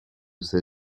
ces